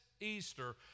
easter